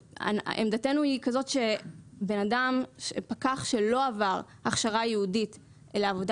עמדתנו היא כזאת שפקח שלא עבר הכשרה ייעודית לעבודה